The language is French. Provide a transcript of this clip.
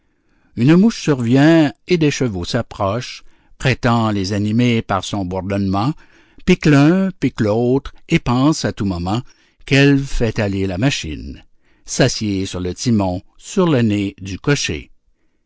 une mouche survient et des chevaux s'approche prétend les animer par son bourdonnement pique l'un pique l'autre et pense à tout moment qu'elle fait aller la machine s'assied sur le timon sur le nez du cocher